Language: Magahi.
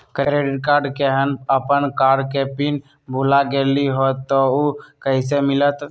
क्रेडिट कार्ड केहन अपन कार्ड के पिन भुला गेलि ह त उ कईसे मिलत?